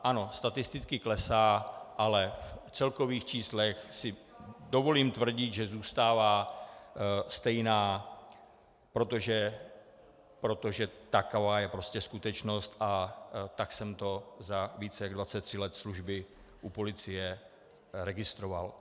Ano, statisticky klesá, ale v celkových číslech si dovolím tvrdit, že zůstává stejná, protože taková je prostě skutečnost a tak jsem to za více než 23 let služby u policie registroval.